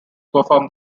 perform